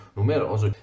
numeroso